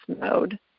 mode